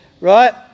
Right